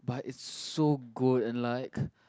but is so good and like